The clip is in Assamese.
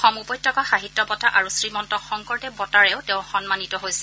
অসম উপত্যকা সাহিত্য বঁটা আৰু শ্ৰীমন্ত শংকৰদেৱ বঁটাৰেও তেওঁ সন্মানিত হৈছিল